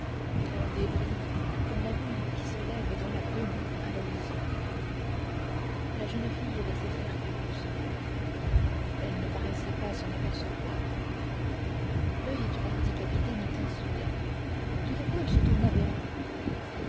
ronde et brune comme la lune qui se lève dans la brume à l'horizon la jeune fille laissait faire phoebus elle ne paraissait pas s'en apercevoir l'oeil du hardi capitaine étincelait tout à coup elle se tourna vers lui